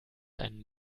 ein